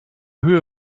höhe